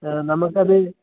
നമുക്കത്